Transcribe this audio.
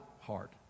heart